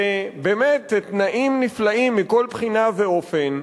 ובאמת, תנאים נפלאים מכל בחינה ואופן,